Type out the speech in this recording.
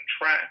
track